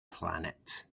planet